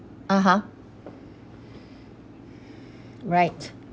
(uh huh) right